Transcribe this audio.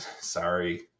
sorry